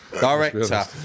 Director